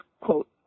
quote